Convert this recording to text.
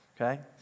Okay